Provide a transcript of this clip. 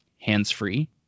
hands-free